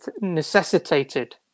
necessitated